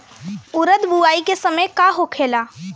उरद बुआई के समय का होखेला?